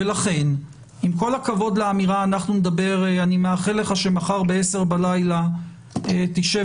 לכן עם כל הכבוד לאמירה אני מאחל לך שמחר ב-22:00 בלילה תשב